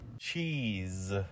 Cheese